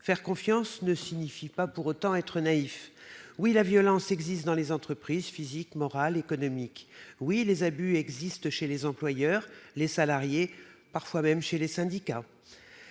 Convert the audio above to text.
Faire confiance ne signifie pas pour autant être naïf. Oui, la violence existe dans les entreprises, violence physique, violence morale, violence économique. Oui, les abus existent, chez les employeurs, chez les salariés, parfois même chez les syndicats.